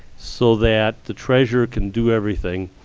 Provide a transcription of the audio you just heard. so that the treasurer can do everything.